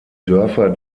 dörfer